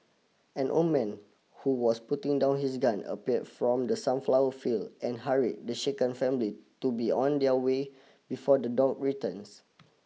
an old man who was putting down his gun appeared from the sunflower field and hurried the shaken family to be on their way before the dog returns